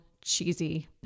cheesy